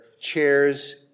chairs